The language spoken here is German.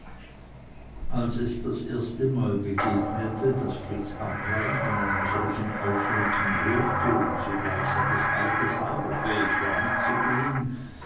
als es das erste mal begegnete daß fritz amrain von einem solchen ausrücken hörte und zugleich seines alters halber fähig war mitzugehen